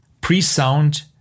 Pre-sound